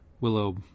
willow